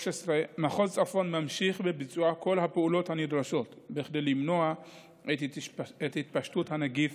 מחוז צפון ממשיך בביצוע כל הפעולות הנדרשות כדי למנוע את התפשטות הנגיף